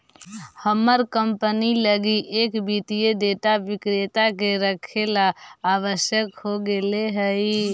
हमर कंपनी लगी एक वित्तीय डेटा विक्रेता के रखेला आवश्यक हो गेले हइ